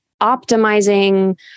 optimizing